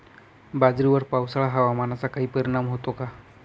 बाजरीवर पावसाळा हवामानाचा काही परिणाम होतो का?